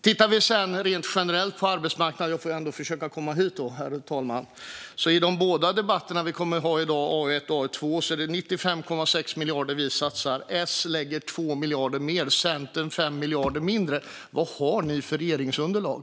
Tittar vi sedan rent generellt på arbetsmarknaden - jag får ändå försöka komma till ämnet, herr talman - är det totalt 95,6 miljarder vi satsar på de områden som vi avhandlar i dagens båda debatter om AU1 och AU2. Socialdemokraterna lägger 2 miljarder mer och Centern 5 miljarder mindre. Vad har ni för regeringsunderlag?